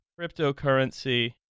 cryptocurrency